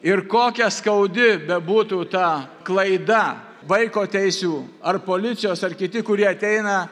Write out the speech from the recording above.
ir kokia skaudi bebūtų ta klaida vaiko teisių ar policijos ar kiti kurie ateina